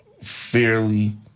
fairly